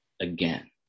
again